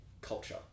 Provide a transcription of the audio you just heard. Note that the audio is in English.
culture